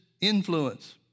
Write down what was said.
influence